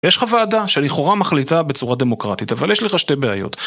יש לך ועדה שלכאורה מחליטה בצורה דמוקרטית, אבל יש לך שתי בעיות.